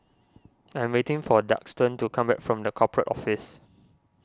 I am waiting for Daxton to come back from the Corporate Office